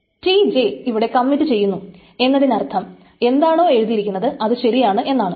Tj ഇവിടെ commit ചെയ്യുന്നു എന്നതിനർത്ഥം എന്താണോ എഴുതിയിരിക്കുന്നത് അത് ശരിയാണ് എന്നാണ്